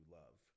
love